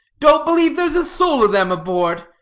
don't believe there's a soul of them aboard.